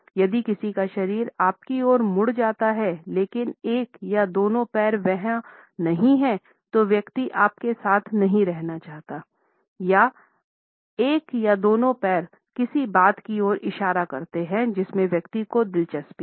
यदि किसी का शरीर आपकी ओर मुड़ जाता है लेकिन एक या दोनों पैर वह नहीं है तो व्यक्ति आपके साथ नहीं रहना चाहता एक या दोनों पैर किसी बात की ओर इशारा करते हैं जिसमे व्यक्ति को दिलचस्पी है